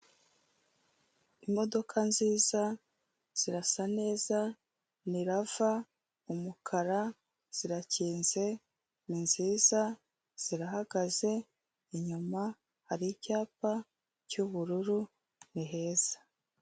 Imodoka nziza, zirasa neza, ni rava, umukara, zirakinze, ninziza, zirahagaze, inyuma hari icyapa cy’ubururu ni heza.